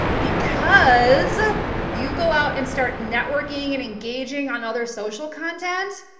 because ah you go out and start networking and engaging on other social content,